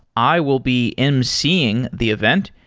i will be emceeing the event,